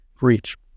reach